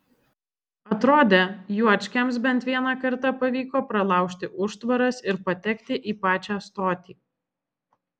atrodė juočkiams bent vieną kartą pavyko pralaužti užtvaras ir patekti į pačią stotį